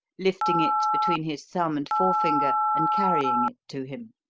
lifting it between his thumb and forefinger and carrying it to him.